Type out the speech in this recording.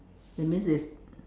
that means it's